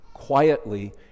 quietly